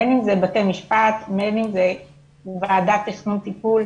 בין אם זה בתי משפט, בין אם זה ועדת תכנון טיפול,